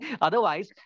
Otherwise